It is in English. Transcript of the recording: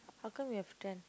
how come you have ten